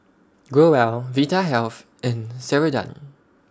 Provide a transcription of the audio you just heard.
Growell Vitahealth and Ceradan